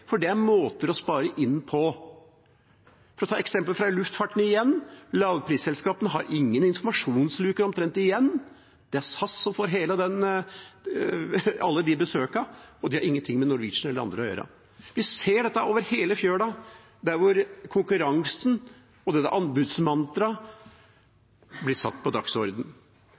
for det er måter å spare inn på. For å ta et eksempel fra luftfarten igjen: Lavprisselskapene har omtrent ingen informasjonsskranker igjen. Det er SAS som får alle de besøkene, og de har ingenting med Norwegian eller andre å gjøre. Vi ser dette over hele fjøla der hvor konkurransen og dette anbudsmantraet blir satt på